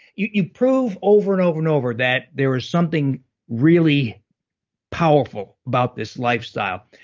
you you prove over, and over, and over that there was something really powerful about this lifestyle,